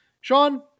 Sean